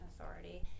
authority